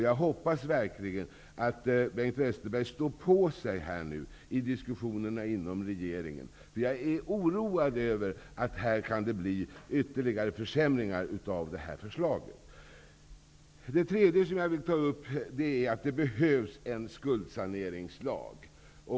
Jag hoppas verkligen att Bengt Westerberg står på sig i diskussionerna inom regeringen, för jag är oroad över att det kan bli ytterligare försämringar av förslaget. Det tredje som jag vill ta upp är att det behövs en skuldsaneringslag.